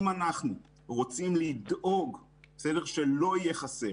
אם אנחנו רוצים לדאוג שלא יהיה חסר,